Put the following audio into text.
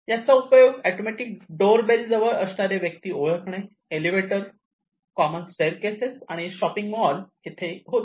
याचा उपयोग automatic door bell जवळ असणारे व्यक्ती ओळखणे एलेव्हेटर कॉमन स्टेअरकेस आणि शॉपिंग मॉल येथे होतो